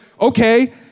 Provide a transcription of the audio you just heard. okay